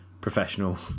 professional